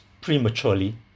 prematurely